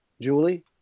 Julie